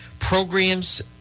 programs